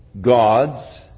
God's